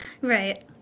Right